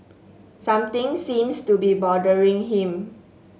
something seems to be bothering him